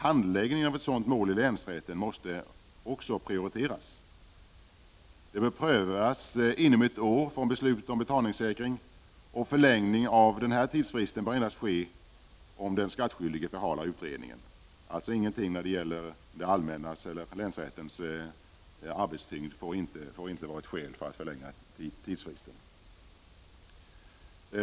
Handläggningen av ett sådant mål i länsrätten måste också prioriteras. Målet bör prövas inom ett år från beslutet om betalningssäkring. Förlängning av denna tidsfrist bör endast kunna ske om den skattskyldige förhalar utredningen. Länsrättens arbetssituation får alltså inte vara ett skäl för att förlänga tidsfristen.